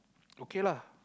okay lah